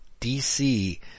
DC